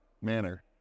manner